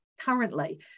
currently